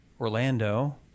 Orlando